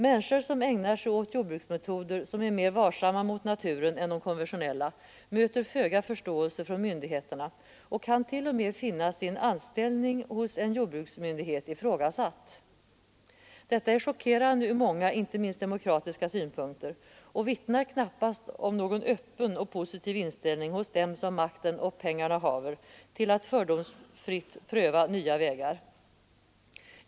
Människor som ägnar sig åt jordbruksmetoder som är mer varsamma mot naturen än de konventionella möter föga förståelse från myndigheterna och kan t.o.m. finna sin anställning hos jordbruksmyndigheter ifrågasatt. Detta är chockerande ur många, inte minst demokratiska synpunkter och vittnar knappast om någon öppen och positiv inställning hos dem som makten och pengarna haver till att fördomsfritt pröva nya vägar.